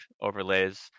overlays